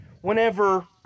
Whenever